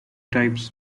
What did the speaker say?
types